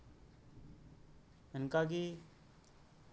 ᱤᱱᱠᱟᱜᱤ